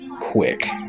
quick